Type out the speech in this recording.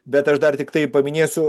bet aš dar tiktai paminėsiu